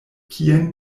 kien